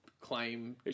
claim